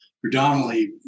predominantly